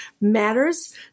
matters